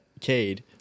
Cade